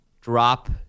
Drop